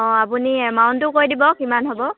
অঁ আপুনি এমাউণ্টটো কৈ দিব কিমান হ'ব